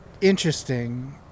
interesting